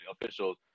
officials